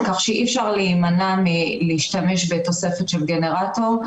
כך שאי אפשר להימנע מלהשתמש בתוספת של גנרטור.